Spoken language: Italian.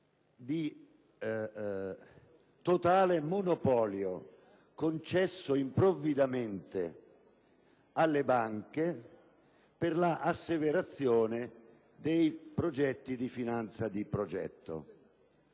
del totale monopolio concesso improvvidamente alle banche per l’asseverazione dei progetti di finanza di progetto.